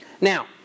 Now